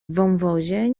wąwozie